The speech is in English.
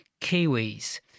Kiwis